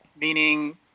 Meaning